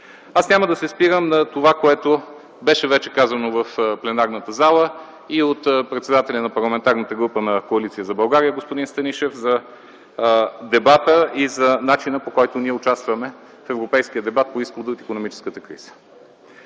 Няма да се спирам на това, което вече беше казано в пленарната зала, а и от председателя на Парламентарната група на Коалиция за България господин Станишев, в дебата - за начина, по който ние участваме в европейския дебат по изхода от икономическата криза.